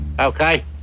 Okay